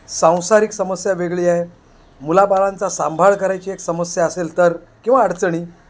सांसारिक समस्या वेगळी आहे मुलाबाळांचा सांभाळ करायची एक समस्या असेल तर किंवा अडचणी